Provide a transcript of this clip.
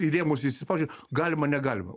į rėmus įsispaudžia galima negalima